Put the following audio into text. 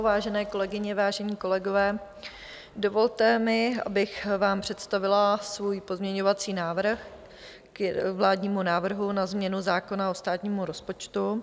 Vážené kolegyně, vážení kolegové, dovolte mi, abych vám představila svůj pozměňovací návrh k vládnímu návrhu na změnu zákona o státním rozpočtu.